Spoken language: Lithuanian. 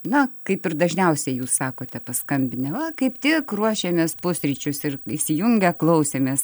na kaip ir dažniausiai jūs sakote paskambinę va kaip tik ruošėmės pusryčius ir įsijungę klausėmės